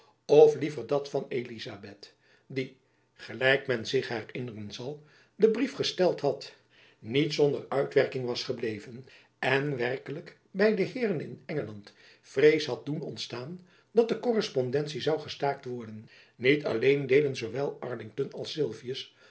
of liever dat van elizabeth die gelijk men zich herinneren zal den brief gesteld jacob van lennep elizabeth musch had niet zonder uitwerking was gebleven en werkelijk by de heeren in engeland vrees had doen ontstaan dat de korrespondentie zoû gestaakt worden niet alleen deden zoowel arlington als